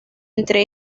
entre